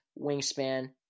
wingspan